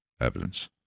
evidence